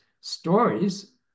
stories